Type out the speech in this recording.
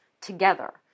together